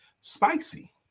spicy